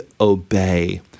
obey